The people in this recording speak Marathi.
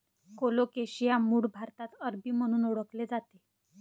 कोलोकेशिया मूळ भारतात अरबी म्हणून ओळखले जाते